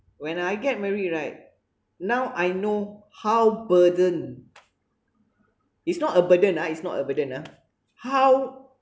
when I get married right now I know how burden it's not a burden ah it's not a burden ah how